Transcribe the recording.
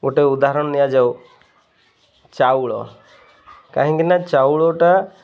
ଗୋଟେ ଉଦାହରଣ ନିଆଯାଉ ଚାଉଳ କାହିଁକି ନା ଚାଉଳଟା